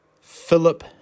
Philip